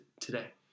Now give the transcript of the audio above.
today